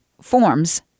forms